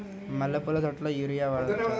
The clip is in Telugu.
మల్లె పూల తోటలో యూరియా వాడవచ్చా?